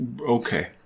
Okay